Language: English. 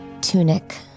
tunic